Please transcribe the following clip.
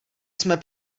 jsme